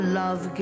love